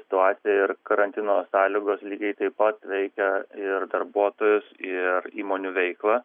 situacija ir karantino sąlygos lygiai taip pat veikia ir darbuotojus ir įmonių veiklą